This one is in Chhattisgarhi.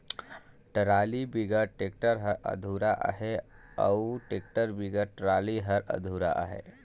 टराली बिगर टेक्टर हर अधुरा अहे अउ टेक्टर बिगर टराली हर अधुरा अहे